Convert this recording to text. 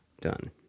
done